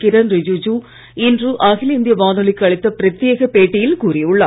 கிரண் ரிஜிஜு இன்று அகில இந்திய வானொலிக்கு அளித்த பிரத்யேக பேட்டியில் கூறியுள்ளார்